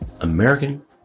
American